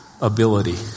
ability